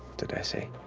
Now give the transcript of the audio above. did i say?